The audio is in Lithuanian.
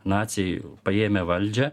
naciai paėmę valdžią